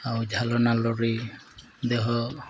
ଆଉ ଝାଲ ନାଲରେ ଦେହ